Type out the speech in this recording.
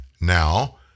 now